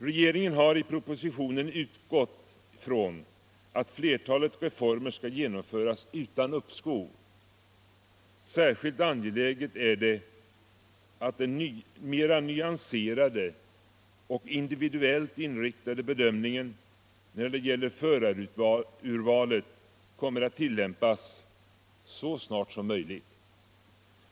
Regeringen har i propositionen utgått från att flertalet reformer skall genomföras utan uppskov. Särskilt angeläget är det att den mera nyanserade och individuellt inriktade bedömningen när det gäller förarurvalet kommer att tillämpas så snart som möjligt.